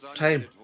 time